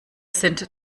sind